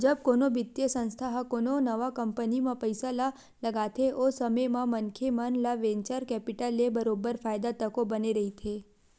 जब कोनो बित्तीय संस्था ह कोनो नवा कंपनी म पइसा ल लगाथे ओ समे म मनखे मन ल वेंचर कैपिटल ले बरोबर फायदा तको बने रहिथे